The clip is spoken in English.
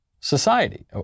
society